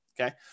Okay